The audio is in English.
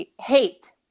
hate